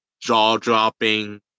jaw-dropping